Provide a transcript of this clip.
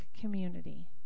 community